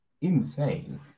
insane